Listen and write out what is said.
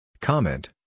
Comment